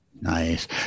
nice